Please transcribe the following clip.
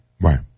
Right